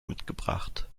mitgebracht